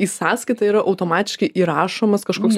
į sąskaitą yra automatiškai įrašomas kažkoks